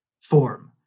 form